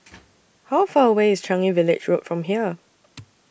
How Far away IS Changi Village Road from here